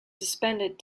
suspended